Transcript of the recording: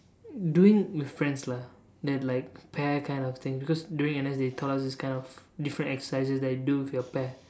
doing with friends lah that like pair kind of things because during N_S they taught us this kind of different exercises that do with your pair